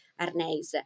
Arnaise